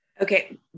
Okay